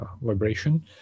vibration